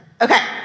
Okay